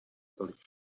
tolik